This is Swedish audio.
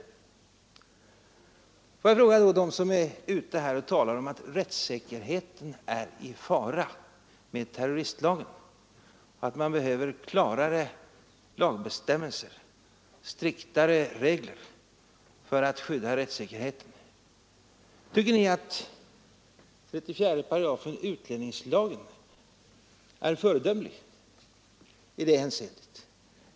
Får jag då fråga dem som säger att rättssäkerheten är i fara med terroristlagen, om de anser att vi behöver klarare lagbestämmelser eller striktare regler för att skydda rättssäkerheten. Tycker ni att 348 utlänningslagen är föredömlig i det hänseendet?